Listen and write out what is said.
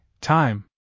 time